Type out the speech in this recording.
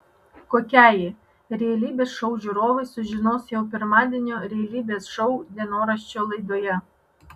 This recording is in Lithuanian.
kokia ji realybės šou žiūrovai sužinos jau pirmadienio realybės šou dienoraščio laidoje